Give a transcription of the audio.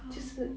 um